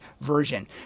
Version